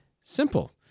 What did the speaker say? Simple